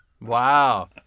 Wow